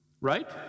right